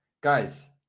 Guys